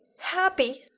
happy!